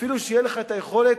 אפילו שתהיה לך את היכולת